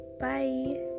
Bye